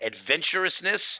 adventurousness